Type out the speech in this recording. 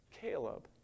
Caleb